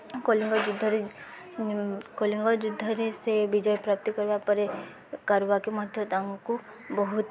କଳିଙ୍ଗ ଯୁଦ୍ଧରେ କଳିଙ୍ଗ ଯୁଦ୍ଧରେ ସେ ବିଜୟ ପ୍ରାପ୍ତି କରିବା ପରେ କାରୁବାକି ମଧ୍ୟ ତାଙ୍କୁ ବହୁତ